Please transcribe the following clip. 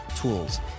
Tools